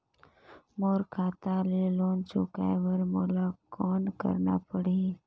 मोर खाता ले लोन चुकाय बर मोला कौन करना पड़ही?